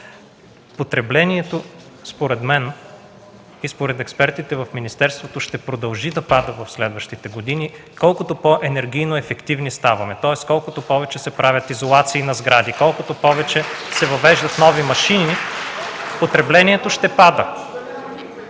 сметки за ток. Според мен и според експертите в министерството потреблението ще продължи да спада следващите години колкото по-енергийно ефективни ставаме, тоест колкото повече се правят изолации на сградите, колкото повече се въвеждат нови машини потреблението ще пада.